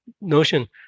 notion